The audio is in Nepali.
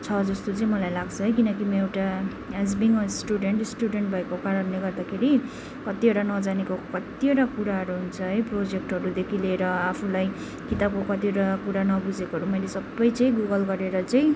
छ जस्तो चाहिँ मलाई लाग्छ है किनकि म एउटा as being a student student भएको कारणले गर्दाखेरि कतिवटा नजानेको कतिवटा कुराहरू हुन्छ है प्रोजेक्टहरूदेखि लिएर आफूलाई किताबको कतिवटा कुरा न बुझेकोहरू मैले सबै चाहिँ गुगल गरेर चाहिँ